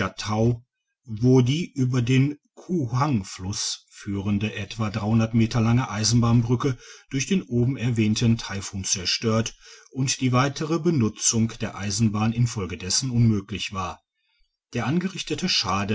wo die über den kuhang fluss führende etwa meter lange eisenbahnbrticke durch den oben erwähnten taifun zerstört und die weitere benutzung der eisenbahn infolgedessen unmöglich war der angerichtete